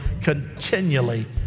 continually